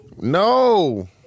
No